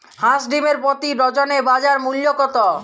হাঁস ডিমের প্রতি ডজনে বাজার মূল্য কত?